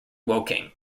woking